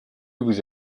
vous